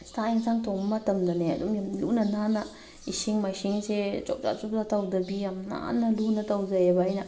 ꯆꯥꯛ ꯌꯦꯟꯁꯥꯡ ꯊꯣꯡꯕ ꯃꯇꯝꯗꯅꯦ ꯑꯗꯨꯝ ꯂꯨꯅ ꯅꯥꯟꯅ ꯏꯁꯤꯡ ꯃꯥꯏꯁꯤꯡꯁꯦ ꯖꯣꯞꯆꯥ ꯖꯣꯞꯆꯥ ꯇꯧꯗꯕꯤ ꯌꯥꯝ ꯅꯥꯟꯅ ꯂꯨꯅ ꯇꯧꯖꯩꯑꯕ ꯑꯩꯅ